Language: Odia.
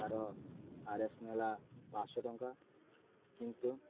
ତା'ର ଆର୍ ଏସ୍ ନେଲା ପାଞ୍ଚଶହ ଟଙ୍କା କିନ୍ତୁ